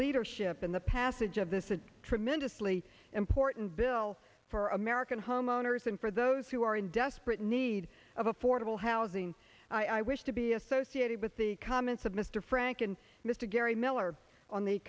leadership in the passage of this a tremendously important bill for american homeowners and for those who are in desperate need of affordable housing i wish to be associated with the comments of mr frank and mr gary miller on the